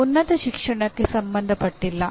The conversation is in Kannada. ಇದು ಉನ್ನತ ಶಿಕ್ಷಣಕ್ಕೆ ಸಂಬಂಧಪಟ್ಟಿಲ್ಲ